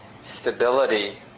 stability